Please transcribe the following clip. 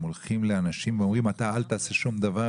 הולכים לאנשים ואומרים להם שהם לא יעשו כלום,